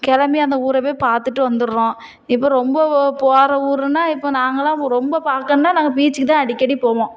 கிளம்பி அந்த ஊரை போய் பார்த்துட்டு வந்துடுறோம் இப்போ ரொம்ப ஒ போகிற ஊருன்னா இப்போ நாங்கள்லாம் ரொம்ப பார்க்கணுன்னா நாங்கள் பீச்சிக்கு தான் அடிக்கடி போவோம்